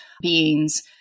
beings